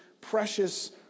precious